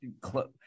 close